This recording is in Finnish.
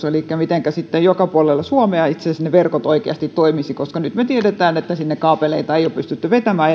elikkä miten sitten joka puolella suomea itse asiassa ne verkot oikeasti toimisivat nyt me tiedämme että sinne kaapeleita ei ole pystytty vetämään